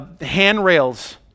handrails